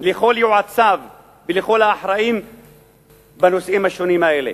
של כל יועציו וכל האחראים בנושאים השונים האלה,